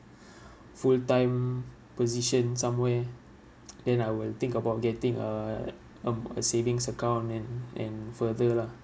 full-time position somewhere then I will think about getting a um a savings account and and further lah